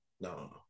no